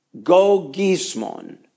gogismon